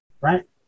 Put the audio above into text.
Right